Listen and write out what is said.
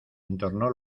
entornó